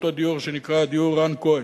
אותו דיור שנקרא "דיור רן כהן",